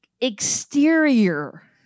exterior